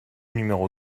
numéro